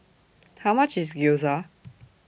How much IS Gyoza